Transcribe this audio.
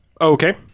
Okay